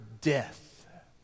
death